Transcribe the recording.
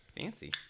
fancy